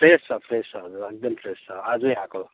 fresh छ fresh छ हजुर एकदम फ्रेस छ आजै आएको